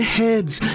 heads